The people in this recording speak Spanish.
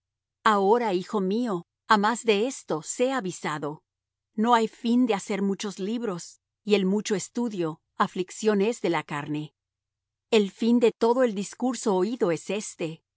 ahora hijo mío á más de esto sé avisado no hay fin de hacer muchos libros y el mucho estudio aflicción es de la carne el fin de todo el discurso oído es este